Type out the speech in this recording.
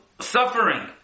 suffering